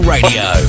Radio